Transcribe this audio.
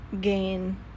gain